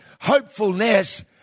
hopefulness